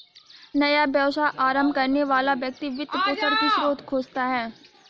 नया व्यवसाय आरंभ करने वाला व्यक्ति वित्त पोषण की स्रोत खोजता है